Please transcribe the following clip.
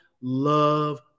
love